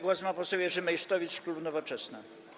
Głos ma poseł Jerzy Meysztowicz, klub Nowoczesna.